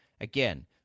Again